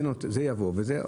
זה יבוא וזה יבוא?